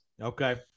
Okay